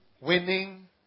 Winning